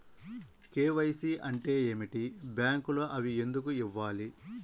KYC అంటే ఏమిటి? బ్యాంకులో అవి ఎందుకు ఇవ్వాలి?